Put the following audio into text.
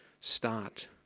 start